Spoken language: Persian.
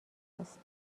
است